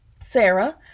Sarah